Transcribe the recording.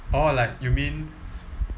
oh like you mean